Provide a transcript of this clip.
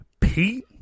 Pete